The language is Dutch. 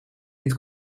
niet